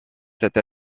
cette